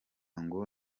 ngo